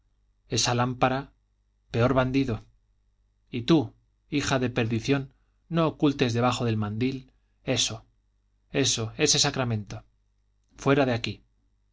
esa lámpara seor bandido y tú hija de perdición no ocultes debajo del mandil eso eso ese sacramento fuera de aquí